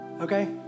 okay